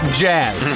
jazz